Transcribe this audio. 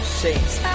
shapes